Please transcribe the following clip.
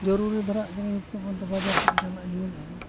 ᱡᱟᱹᱨᱩᱨᱤ ᱫᱷᱟᱨᱟᱜ ᱠᱟᱹᱱᱟᱹᱧ ᱚᱱᱛᱮ ᱵᱟᱡᱟᱨ ᱥᱮᱫ ᱪᱟᱞᱟᱜ ᱤᱧ ᱢᱮᱱᱮᱫᱼᱟ